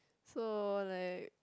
so like